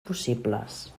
possibles